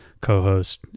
co-host